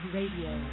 Radio